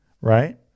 right